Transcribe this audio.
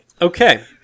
Okay